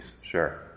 Sure